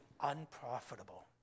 unprofitable